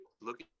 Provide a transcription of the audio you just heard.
look